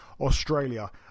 Australia